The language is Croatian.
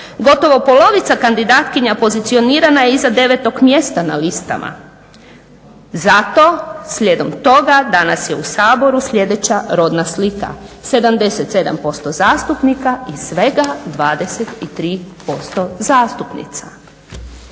Gotovo polovica kandidatkinja pozicionirana je iza 9 mjesta na listama. Zato slijedom toga danas je u Saboru sljedeća rodna slika: 77% zastupnika i svega 23% zastupnica.